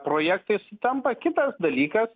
projektai sutampa kitas dalykas